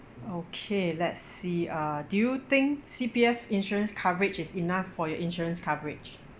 okay let's see uh do you think C_P_F insurance coverage is enough for your insurance coverage